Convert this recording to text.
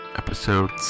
episode